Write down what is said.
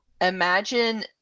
imagine